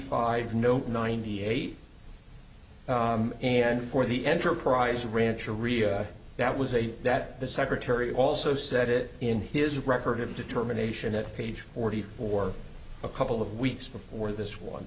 five no ninety eight and for the enterprise rancher rio that was a that the secretary also said it in his record of determination that page forty four a couple of weeks before this one